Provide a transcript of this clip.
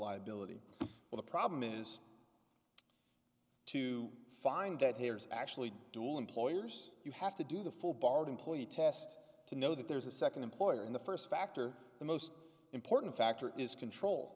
liability but the problem is to find that here is actually do all employers you have to do the full bar employee test to know that there's a second employer in the first factor the most important factor is control